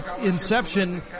inception